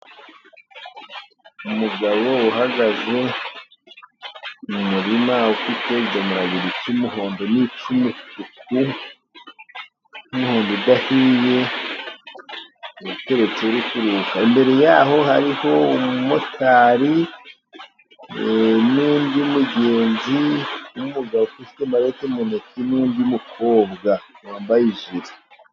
Umugabo uhagaze mu murima, ufite ibidomora bibiri icy'umuhondo ni icy'umutuku, ni umuhondo udahiye, akaba abiteretse ari kuruhuka, imbere yaho hariho umumotari n'undi mugenzi w'umugabo, ufite marete mu ntoki n'undi mukobwa wambaye ijiri.